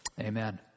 Amen